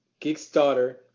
Kickstarter